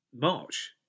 March